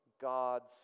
God's